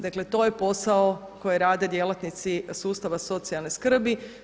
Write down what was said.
Dakle to je posao koji rade djelatnici sustava socijalne skrbi.